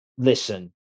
Listen